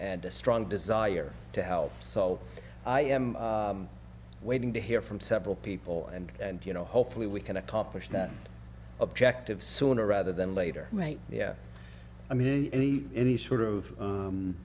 and a strong desire to help so i am waiting to hear from several people and and you know hopefully we can accomplish that objective sooner rather than later right i mean any any sort of